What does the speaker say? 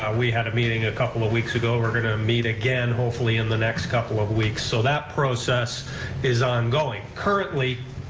we had a meeting a couple of weeks ago, we're going to meet again, hopefully in the next couple of weeks. so that process is ongoing. currently,